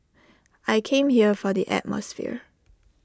I came here for the atmosphere